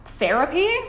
Therapy